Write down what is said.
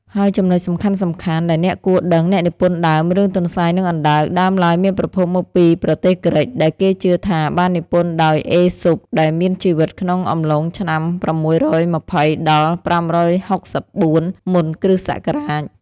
ហើយចំណុចសំខាន់ៗដែលអ្នកគួរដឹង អ្នកនិពន្ធដើម រឿង ទន្សាយ និងអណ្ដើក ដើមឡើយមានប្រភពមកពីប្រទេសក្រិក ដែលគេជឿថាបាននិពន្ធដោយ អេសុប ដែលមានជីវិតក្នុងអំឡុងឆ្នាំ៦២០-៥៦៤ មុនគ្រិស្តសករាជ។